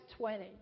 20